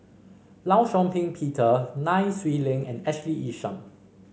Law Shau Ping Peter Nai Swee Leng and Ashley Isham